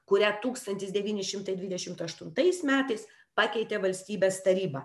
kurią tūkstantis devyni šimtai dvidešimt aštuntais metais pakeitė valstybės taryba